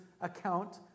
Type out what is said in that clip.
account